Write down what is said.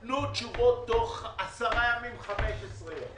אגף פיקוח על קופות חולים במשרד הבריאות.